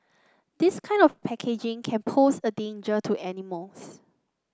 this kind of packaging can pose a danger to animals